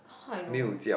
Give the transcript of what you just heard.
how I know